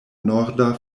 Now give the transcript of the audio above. norda